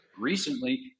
recently